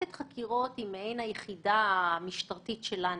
מחלקת חקירות היא מעין יחידה משטרתית שלנו,